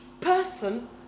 person